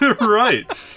Right